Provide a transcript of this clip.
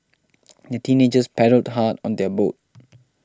the teenagers paddled hard on their boat